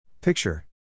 Picture